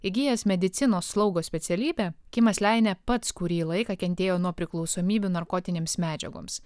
įgijęs medicinos slaugos specialybę kimas leinė pats kurį laiką kentėjo nuo priklausomybių narkotinėms medžiagoms